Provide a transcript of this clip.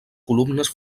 columnes